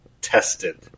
tested